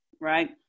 right